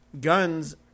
guns